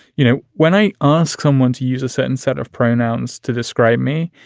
you know, when i ask someone to use a certain set of pronouns to describe me.